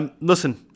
Listen